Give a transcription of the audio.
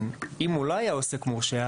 אם הוא לא היה עוסק מורשה,